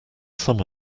some